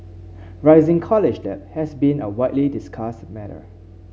rising college debt has been a widely discussed matter